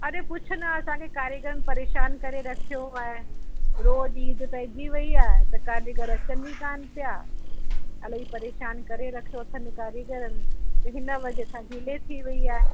अड़े पुछ न असांखे कारीगरनि परेशान करे रखियो आहे रोज़ु ईद पेईजी वेई आहे त करीगर अचनि ई कान पिया इलाही परेशान करे रखियो अथनि कारीगरनि हिन वजह सां डिले थी वेई आहे